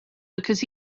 because